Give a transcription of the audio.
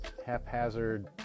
haphazard